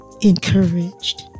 encouraged